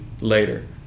Later